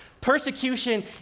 Persecution